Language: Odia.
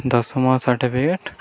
ଦଶମ ସାର୍ଟିଫିକେଟ୍